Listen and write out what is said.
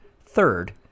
Third